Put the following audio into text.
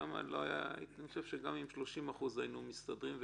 שם גם עם 30% היינו מסתדרים,